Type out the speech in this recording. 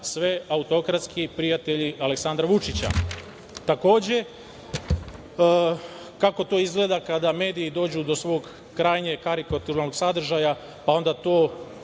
sve autokratski prijatelji Aleksandra Vučića. Takođe, kako to izgleda kada mediji dođu do svog krajnje karikaturnog sadržaja pa onda to